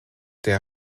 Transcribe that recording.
der